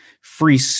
free